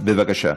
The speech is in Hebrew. בבקשה.